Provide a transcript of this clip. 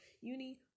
uni